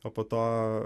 o po to